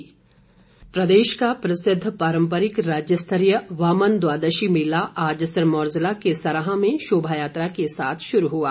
मेला प्रदेश का प्रसिद्ध पारम्परिक राज्य स्तरीय वामन द्वादशी मेला आज सिरमौर जिला के सराहां में शोभायात्रा के साथ शुरू हुआ